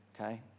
okay